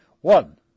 One